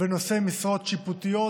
נושאי משרות שיפוטיות